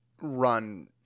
run